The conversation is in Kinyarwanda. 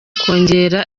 kongera